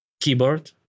keyboard